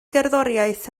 gerddoriaeth